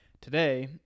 Today